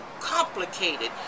complicated